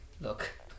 look